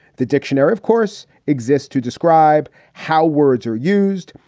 the dictionary, of course, exists to describe how words are used.